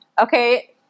okay